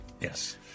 Yes